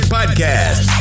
Podcast